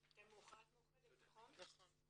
ממאוחדת, נכון?